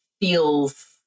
feels